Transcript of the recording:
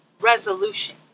resolution